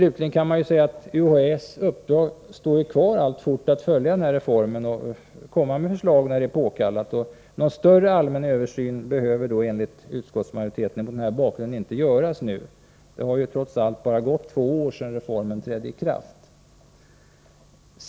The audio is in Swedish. UHÄ:s uppdrag står alltfort kvar — att följa reformen och att när det är påkallat komma med förslag. Någon större allmän översyn behöver nu, enligt utskottsmajoriteten, mot den här bakgrunden inte göras. Det har trots allt bara gått två år sedan reformen trädde i kraft.